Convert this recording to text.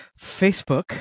Facebook